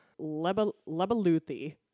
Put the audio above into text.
Lebeluthi